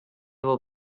will